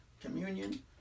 communion